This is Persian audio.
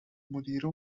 مدیره